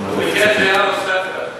הוא ביקש דעה נוספת.